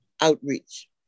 outreach